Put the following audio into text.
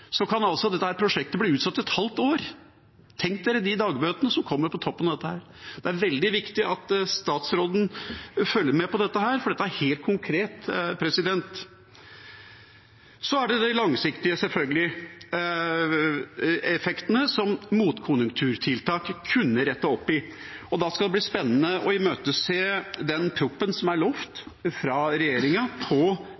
kan prosjektet bli utsatt et halvt år. Man kan tenke seg dagbøtene som kommer på toppen av dette. Det er veldig viktig at statsråden følger med på dette, for dette er helt konkret. Så er det selvfølgelig de langsiktige effektene, som motkonjunkturtiltak kunne rette opp i. Jeg imøteser den proposisjonen om motkonjunkturtiltak som er lovet fra regjeringen, det skal bli spennende. I anleggsbransjen i transportsektoren er det klart at det er